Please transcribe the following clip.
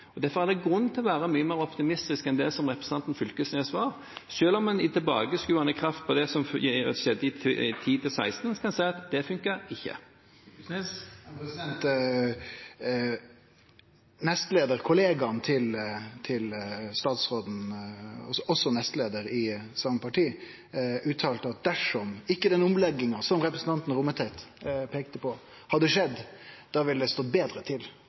funker. Derfor er det grunn til å være mye mer optimistisk enn det representanten Knag Fylkesnes var, selv om man i kraft av å være tilbakeskuende kan si at det som skjedde i 2010–2016, funket ikke. Kollegaen til statsråden, og også nestleiar i same parti, uttalte at dersom den omlegginga som representanten Rommetveit peika på, ikkje hadde skjedd, ville det stått betre til